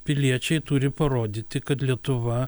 piliečiai turi parodyti kad lietuva